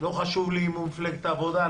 אם הוא ממפלגת העבודה,